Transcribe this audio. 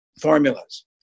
formulas